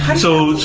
so,